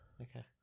Okay